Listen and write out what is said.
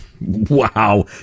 Wow